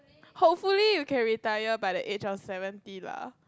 hopefully you can retire by the age of seventy lah